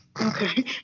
Okay